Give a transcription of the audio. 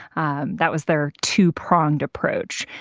um that was their two-pronged approach.